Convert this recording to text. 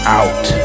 out